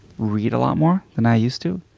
read a lot more than i used to.